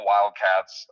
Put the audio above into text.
Wildcats